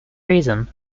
reason